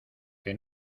que